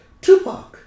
Tupac